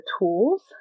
tools